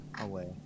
away